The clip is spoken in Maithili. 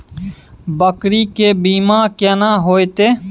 बकरी के बीमा केना होइते?